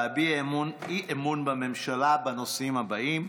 להביע אי-אמון בממשלה בנושאים הבאים: